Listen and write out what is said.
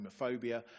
homophobia